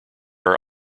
are